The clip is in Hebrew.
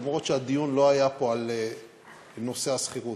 אף שהדיון פה לא היה על נושא השכירות.